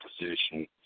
position